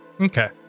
Okay